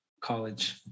college